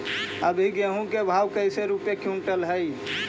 अभी गेहूं के भाव कैसे रूपये क्विंटल हई?